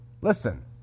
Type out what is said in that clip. listen